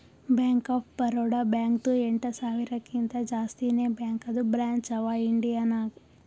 bank of Baroda ಬ್ಯಾಂಕ್ದು ಎಂಟ ಸಾವಿರಕಿಂತಾ ಜಾಸ್ತಿನೇ ಬ್ಯಾಂಕದು ಬ್ರ್ಯಾಂಚ್ ಅವಾ ಇಂಡಿಯಾ ನಾಗ್